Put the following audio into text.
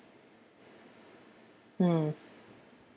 mm